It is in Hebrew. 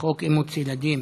חוק אימוץ ילדים